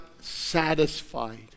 satisfied